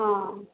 हाँ